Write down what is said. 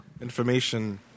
information